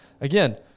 again